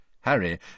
Harry